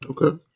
Okay